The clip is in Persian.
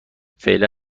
فعلا